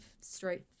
straight